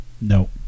no